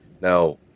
Now